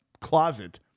closet